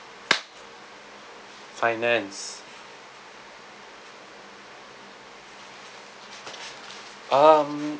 finance um